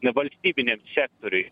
nevalstybiniam sektoriuj